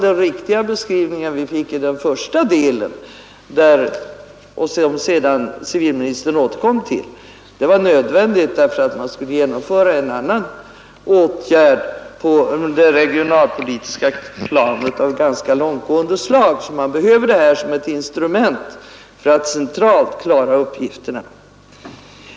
Den beskrivning som vi fick i den första delen, och som civilministern sedan återkom till, var väl den riktiga; det var nödvändigt att genomföra denna reform därför att man skulle vidta en annan åtgärd av ganska långtgående slag på det regionalpolitiska planet. Man behövde ett instrument för att klara uppgifterna centralt.